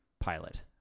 pilot